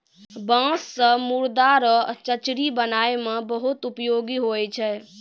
बाँस से मुर्दा रो चचरी बनाय मे बहुत उपयोगी हुवै छै